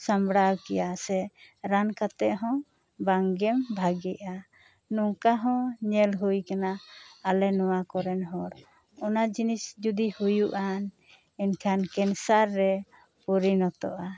ᱥᱟᱢᱲᱟᱣ ᱠᱮᱭᱟ ᱥᱮ ᱨᱟᱱ ᱠᱟᱛᱮᱜ ᱦᱚᱸ ᱵᱟᱝᱜᱮᱢ ᱵᱷᱟᱜᱮᱜᱼᱟ ᱱᱚᱝᱠᱟ ᱦᱚᱸ ᱧᱮᱞ ᱦᱳᱭ ᱠᱟᱱᱟ ᱟᱞᱮ ᱱᱚᱣᱟ ᱠᱚᱨᱮᱱ ᱦᱚᱲ ᱚᱱᱟ ᱡᱤᱱᱤᱥ ᱡᱩᱫᱤ ᱦᱩᱭᱩᱜᱼᱟᱱ ᱮᱱᱠᱷᱟᱱ ᱠᱮᱱᱥᱟᱨ ᱨᱮ ᱯᱚᱨᱤᱱᱚᱛᱚᱜᱼᱟ